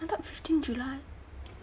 I thought fifteen july